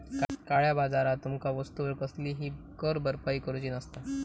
काळया बाजारात तुमका वस्तूवर कसलीही कर भरपाई करूची नसता